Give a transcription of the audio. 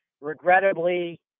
regrettably –